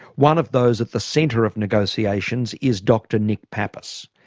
one of those at the centre of negotiations is dr nick pappas.